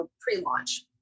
pre-launch